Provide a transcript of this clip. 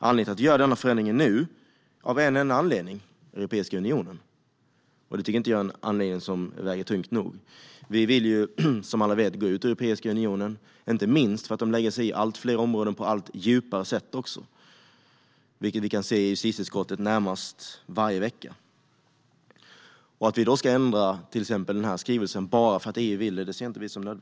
Den enda anledningen till att vi gör denna förändring nu är: Europeiska unionen. Det tycker inte jag är en anledning som väger tungt nog. Vi vill ju - som alla vet - gå ur Europeiska unionen, inte minst för att EU på ett allt djupare sätt lägger sig i på allt fler områden. Detta kan vi se i justitieutskottet nästan varje vecka. Vi ser det därför inte som nödvändigt att ändra denna skrivelse bara för att EU vill det.